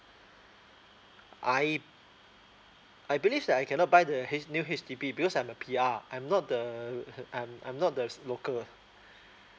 I I believe that I cannot buy the H new H_D_B because I'm a P_R I'm not the I'm I'm not the local